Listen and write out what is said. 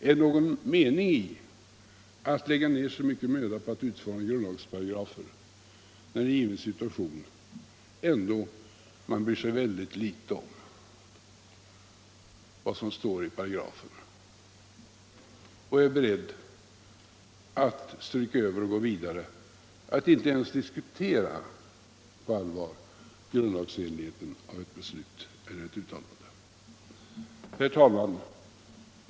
Är det någon mening i att lägga ner så mycken möda på att utforma grundlagsparagrafer när man i en given situation ändå bryr sig ytterst litet om vad som står i paragraferna och är beredd att stryka över och gå vidare, att inte ens på allvar diskutera grundlagsenligheten i ett beslut eller uttalande? Herr talman!